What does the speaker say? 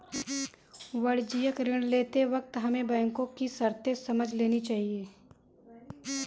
वाणिज्यिक ऋण लेते वक्त हमें बैंको की शर्तें समझ लेनी चाहिए